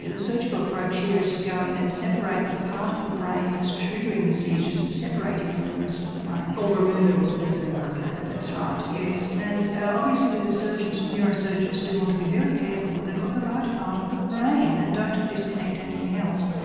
the surgical approach here is to go in and separate the part of the brain that's triggering the seizures and separate it from the rest of the brain. or remove it altogether in some cases. that's right, yes. and obviously the the surgeons, neurosurgeons do want to be very careful that they've got the right part of the brain and don't disconnect anything else.